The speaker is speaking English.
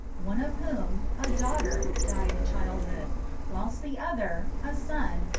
one of whom, a daughter, died in childhood whilst the other, a son,